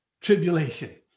tribulation